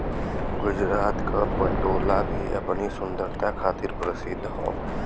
गुजरात क पटोला भी अपनी सुंदरता खातिर परसिद्ध हौ